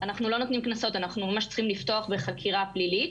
אנחנו ממש צריכים לפתוח בחקירה פלילית,